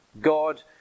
God